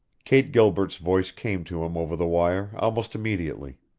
kate gilbert's voice came to him over the wire almost immediately.